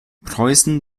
preußen